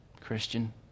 Christian